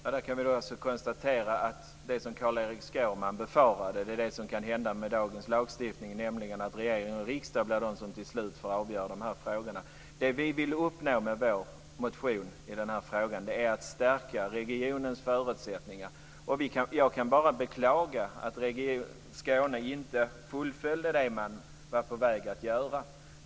Fru talman! Vi kan konstatera att det som Carl Erik Skårman befarade är det som kan hända med dagens lagstiftning, nämligen att regering och riksdag till slut blir de som får avgöra dessa frågor. Det som vi vill uppnå med vår motion i denna fråga är att stärka regionens förutsättningar, och jag kan bara beklaga att Skåne inte fullföljde det som man var på väg att göra.